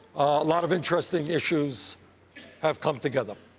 a lot of interesting issues have come together.